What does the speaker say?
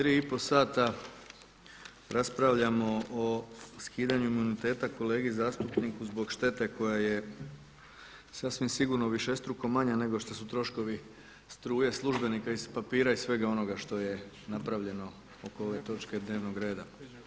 Tri i po sata raspravljamo o skidanju imuniteta kolegi zastupniku zbog štete koja je sasvim sigurno višestruko manja nego što su troškovi struje, službenika, papira i svega onoga što je napravljeno oko ove točke dnevnog reda.